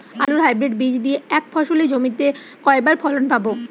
আলুর হাইব্রিড বীজ দিয়ে এক ফসলী জমিতে কয়বার ফলন পাব?